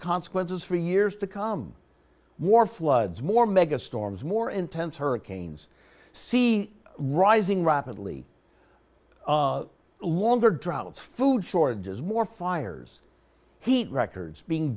consequences for years to come more floods more mega storms more intense hurricanes see rising rapidly longer droughts food shortages more fires heat records being